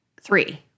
Three